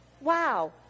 Wow